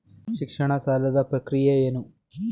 ಶಿಕ್ಷಣ ಸಾಲದ ಪ್ರಕ್ರಿಯೆ ಏನು?